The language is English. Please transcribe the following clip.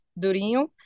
Durinho